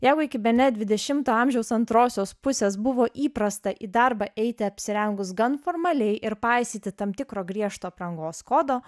jeigu iki bene dvidešimto amžiaus antrosios pusės buvo įprasta į darbą eiti apsirengus gan formaliai ir paisyti tam tikro griežto aprangos kodo